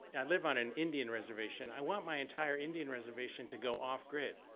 i live on an indian reservation, i want my entire indian reservation to go off-grid.